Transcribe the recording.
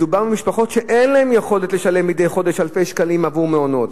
מדובר במשפחות שאין להן יכולת לשלם מדי חודש אלפי שקלים עבור מעונות,